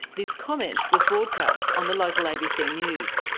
this comment was broadcast on the local abc news.